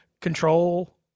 control